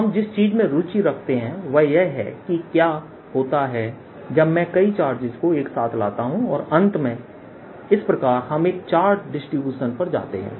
अब हम जिस चीज में रुचि रखते हैं वह यह है कि क्या होता है जब मैं कई चार्जेस को एक साथ लाता हूं और अंत में इस प्रकार हम एक चार्ज डिस्ट्रीब्यूशन पर जाते हैं